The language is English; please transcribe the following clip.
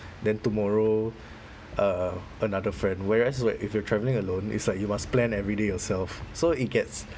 then tomorrow uh another friend whereas where if you are travelling alone it's like you must plan every day yourself so it gets